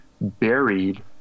buried